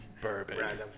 Bourbon